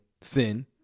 sin